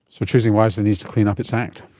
so choosing wisely needs to clean up its act.